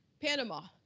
Panama